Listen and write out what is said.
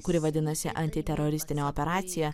kuri vadinasi antiteroristinė operacija